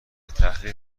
تحقیق